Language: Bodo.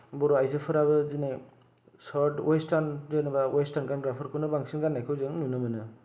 बर' आइजोफोराबो दिनै सार्त वेस्तार्न जेनबा वेस्तार्न गानग्राफोरखौनो बांसिन गान्नायखौ जों नुनो मोनो